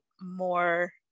more